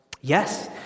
Yes